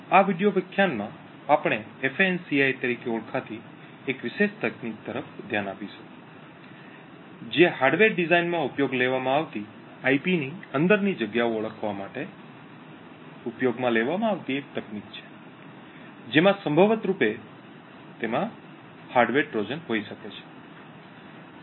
આ વિડિઓ વ્યાખ્યાનમાં આપણે ફાન્સી તરીકે ઓળખાતી એક વિશેષ તકનીક તરફ ધ્યાન આપીશું જે હાર્ડવેર ડિઝાઇનમાં ઉપયોગમાં લેવામાં આવતી આઈપી ની અંદરની જગ્યાઓ ઓળખવા માટે ઉપયોગમાં લેવામાં આવતી એક તકનીક છે જેમાં સંભવતરૂપે તેમાં હાર્ડવેર ટ્રોજન હોઈ શકે છે